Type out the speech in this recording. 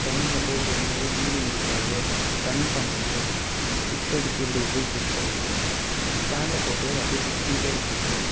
ரன்னிங்கில போயிட்டுருக்கம்போது வீலிங் தூக்கறது ஸ்டன் பண்ணுறது ஸ்கிட் அடிச்சு எப்படி அப்டே சுற்றுறது ஸ்டாண்டை போட்டு அப்டே சுற்றிட்டே இருக்கிறது